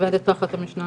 עובדת תחת המשנה